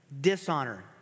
dishonor